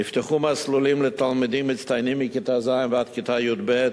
נפתחו מסלולים לתלמידים מצטיינים מכיתה ז' ועד כיתה י"ב,